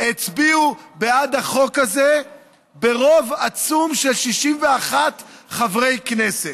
הצביעו בעד החוק הזה ברוב עצום של 61 חברי כנסת.